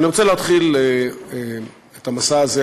אני רוצה להתחיל את המסע הזה,